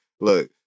Look